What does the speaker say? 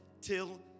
till